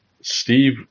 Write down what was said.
Steve